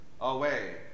Away